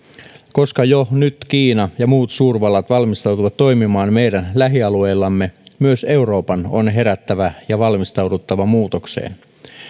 koska jo nyt kiina ja muut suurvallat valmistautuvat toimimaan meidän lähialueillamme myös euroopan on herättävä ja valmistauduttava muutokseen